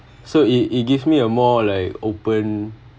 so it it gives me a more like open